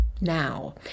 now